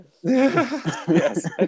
Yes